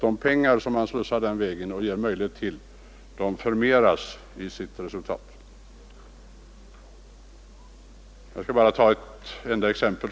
De pengar som slussas den vägen förmeras därigenom resultatmässigt. Jag skall bara ta ett enda exempel.